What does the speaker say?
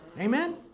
Amen